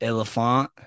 Elephant